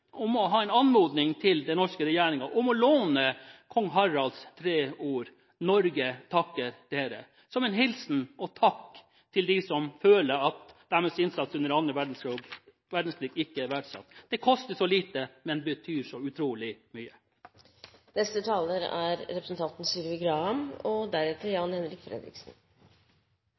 en anmodning til den norske regjeringen om å låne kong Haralds tre ord – Norge takker dere – som en hilsen og takk til dem som føler at deres innsats under 2. verdenskrig, ikke er verdsatt. Det koster så lite, men betyr så utrolig mye. Jeg vil også takke vår medrepresentant for at denne saken løftes opp på dagsordenen i Stortinget, og